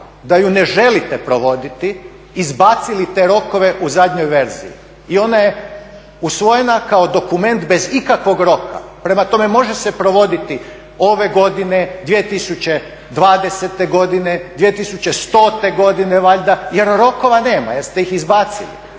da ju ne želite provoditi izbacili te rokove u zadnjoj verziji i onda je usvojena kao dokument bez ikakvog roka. Prema tome, može se provoditi ove godine, 2020.godine, 2100.godine valjda jer rokova nema jer ste ih izbacili.